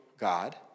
God